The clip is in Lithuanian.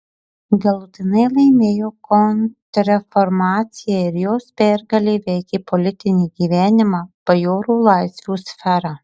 galutinai laimėjo kontrreformacija ir jos pergalė veikė politinį gyvenimą bajorų laisvių sferą